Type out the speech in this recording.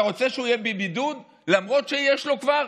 אתה רוצה שהוא יהיה בבידוד למרות שיש לו כבר?